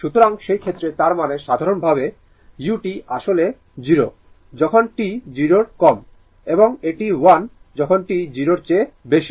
সুতরাং সেই ক্ষেত্রে তার মানে সাধারণভাবে u আসলে 0 যখন t 0 এর কম এবং এটি 1 যখন t 0 এর চেয়ে বেশি